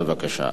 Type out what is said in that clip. בבקשה.